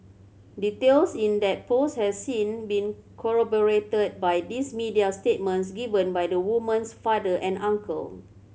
details in that post has since been corroborated by these media statements given by the woman's father and uncle